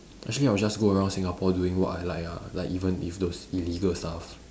actually I'll just go around singapore doing what I like ah like even if those illegal stuff